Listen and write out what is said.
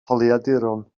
holiaduron